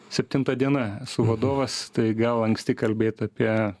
septinta diena esu vadovas tai gal anksti kalbėt apie